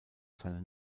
seinen